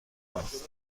است